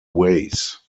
ways